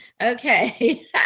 okay